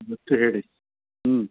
ಗೊತ್ತು ಹೇಳಿ ಹ್ಞೂ